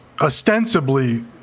ostensibly